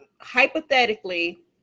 hypothetically